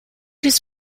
his